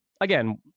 again